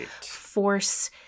force